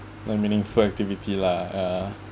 very meaningful activity lah ya